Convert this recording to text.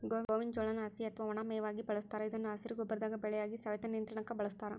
ಗೋವಿನ ಜೋಳಾನ ಹಸಿ ಅತ್ವಾ ಒಣ ಮೇವಾಗಿ ಬಳಸ್ತಾರ ಇದನ್ನು ಹಸಿರು ಗೊಬ್ಬರದ ಬೆಳೆಯಾಗಿ, ಸವೆತ ನಿಯಂತ್ರಣಕ್ಕ ಬಳಸ್ತಾರ